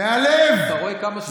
אתה רואה כמה זה מפריע.